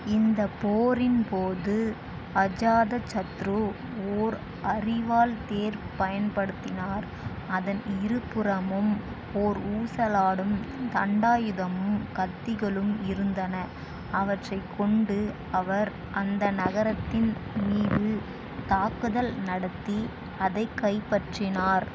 இந்த போரின்போது அஜாத சத்ரு ஓர் அரிவாள் தேர் பயன்படுத்தினார் அதன் இருபுறமும் ஒரு ஊசல் ஆடும் தண்டாயுதமும் கத்திகளும் இருந்தன அவற்றை கொண்டு அவர் அந்த நகரத்தின் மீது தாக்குதல் நடத்தி அதைக் கைப்பற்றினார்